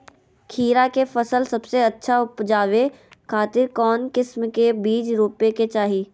खीरा के फसल सबसे अच्छा उबजावे खातिर कौन किस्म के बीज रोपे के चाही?